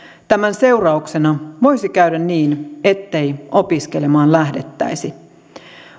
tämän seurauksena voisi käydä niin ettei opiskelemaan lähdettäisi